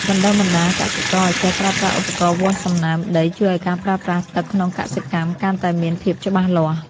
បណ្ដុះបណ្ដាលកសិករឱ្យចេះប្រើប្រាស់ឧបករណ៍វាស់សំណើមដីជួយឱ្យការប្រើប្រាស់ទឹកក្នុងកសិកម្មកាន់តែមានភាពច្បាស់លាស់។